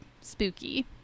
spooky